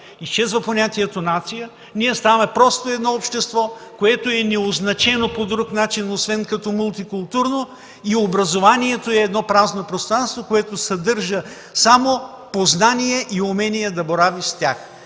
изчезва понятието „нация”. Ние ставаме просто едно общество, което не е означено по друг начин, освен като мултикултурно. Образованието е едно празно пространство, което съдържа само познания и умения да боравиш с тях,